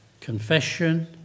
confession